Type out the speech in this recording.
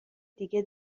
دیگه